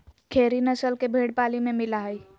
खेरी नस्ल के भेंड़ पाली में मिला हई